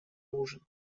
ужин